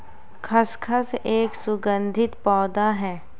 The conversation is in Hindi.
खसखस एक सुगंधित पौधा है